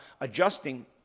adjusting